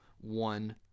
one